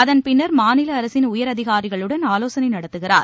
அதன்பின்னர் மாநில அரசின் உயர் அதிகாரிகளுடன் ஆலோசனை நடத்துகிறார்